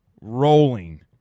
Rolling